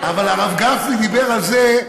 אבל הרב גפני דיבר על זה,